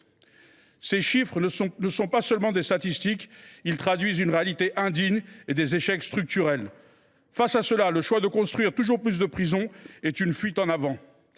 Ces chiffres ne sont pas seulement des statistiques : ils traduisent une réalité indigne et des échecs structurels. Le choix de construire toujours plus de prisons est à cet égard une fuite en avant